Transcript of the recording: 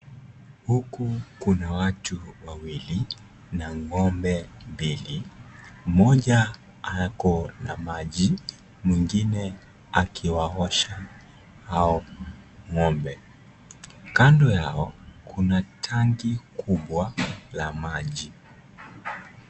Huku kuna watu wawili na ng'ombe mbili. Mmoja ako na maji, mwingine akiwaosha hao ng'ombe. Kando yao, kuna tanki kubwa la maji.